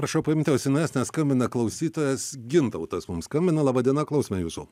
prašau paimti ausines nes skambina klausytojas gintautas mums skambina laba diena klausome jūsų